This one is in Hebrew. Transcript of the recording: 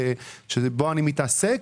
שבו אני מתעסק,